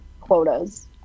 quotas